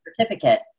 certificate